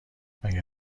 مگه